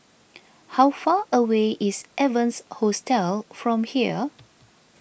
how far away is Evans Hostel from here